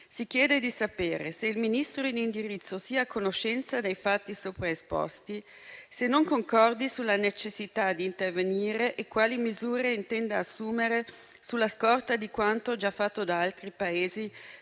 Si chiede di sapere se il Ministro in indirizzo sia a conoscenza dei fatti sopra esposti, se non concordi sulla necessità di intervenire e quali misure intenda assumere sulla scorta di quanto già fatto da altri Paesi,